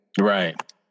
Right